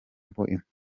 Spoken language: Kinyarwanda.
trump